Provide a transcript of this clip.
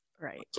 Right